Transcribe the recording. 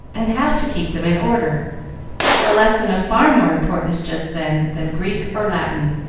and how to keep them in order a lesson of far more importance just then than greek or latin,